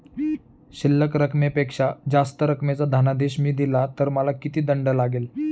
शिल्लक रकमेपेक्षा जास्त रकमेचा धनादेश मी दिला तर मला किती दंड लागेल?